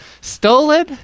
Stolen